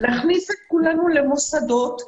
להכניס את כולנו למוסדות,